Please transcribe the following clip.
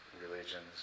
religions